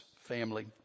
family